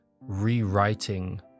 rewriting